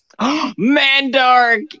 Mandark